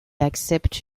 accepte